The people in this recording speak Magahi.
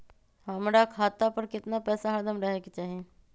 हमरा खाता पर केतना पैसा हरदम रहे के चाहि?